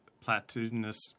platitudinous